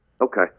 Okay